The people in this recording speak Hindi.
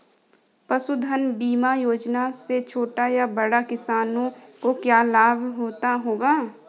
पशुधन बीमा योजना से छोटे या बड़े किसानों को क्या लाभ होगा?